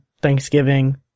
Thanksgiving